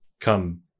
come